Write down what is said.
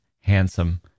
handsome